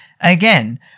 Again